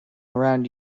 around